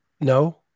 No